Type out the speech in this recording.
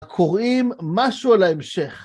קוראים משהו על ההמשך.